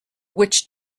witch